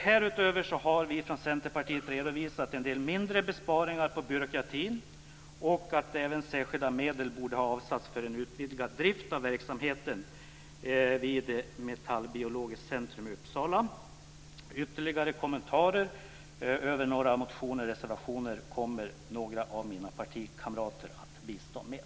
Därutöver har vi från Centerpartiet redovisat en del mindre besparingar på byråkratin, och även att särskilda medel borde ha avsatts för en utvidgad drift av verksamheten vid Metallbiologiskt centrum i Uppsala. Ytterligare kommentarer till en del motioner och reservationer kommer några av mina partikamrater att bistå med.